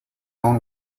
own